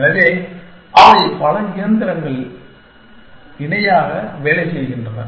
எனவே அவை பல இயந்திரங்கள் இணையாக வேலை செய்கின்றன